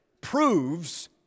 proves